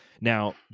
Now